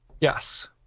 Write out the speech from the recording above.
Yes